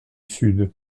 sud